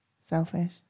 Selfish